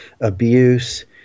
abuse